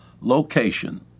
location